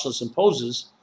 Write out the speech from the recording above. imposes